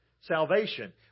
salvation